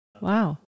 Wow